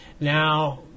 Now